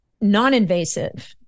non-invasive